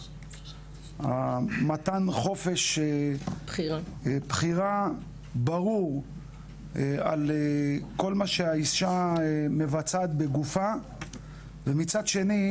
מתן חופש בחירה ברור על כל מה שהאישה מבצעת בגופה ומצד שני,